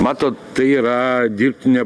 matot tai yra dirbtinė